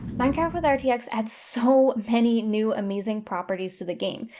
minecraft with rtx adds so many new amazing properties to the game.